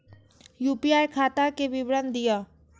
UPI खाता के विवरण दिअ?